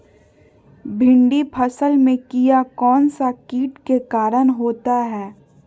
भिंडी फल में किया कौन सा किट के कारण होता है?